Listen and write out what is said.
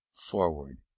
Forward